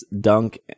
dunk